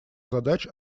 задач